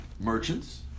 merchants